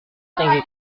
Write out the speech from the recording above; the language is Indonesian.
tinggi